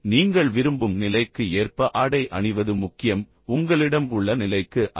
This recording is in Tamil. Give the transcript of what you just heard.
நீங்கள் விரும்பும் நிலைக்கு ஏற்ப ஆடை அணிவது முக்கியம் உங்களிடம் உள்ள நிலைக்கு அல்ல